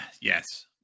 yes